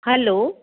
hello